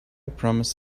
promised